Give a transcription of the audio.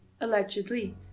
allegedly